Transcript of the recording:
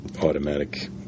automatic